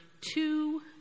two